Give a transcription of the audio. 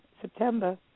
September